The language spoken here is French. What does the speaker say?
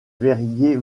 verrier